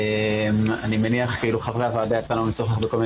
יצא לנו לשוחח,